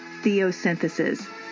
theosynthesis